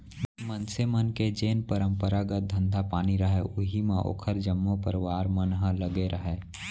मनसे मन के जेन परपंरागत धंधा पानी रहय उही म ओखर जम्मो परवार मन ह लगे रहय